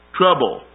trouble